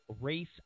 race